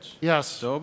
Yes